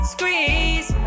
Squeeze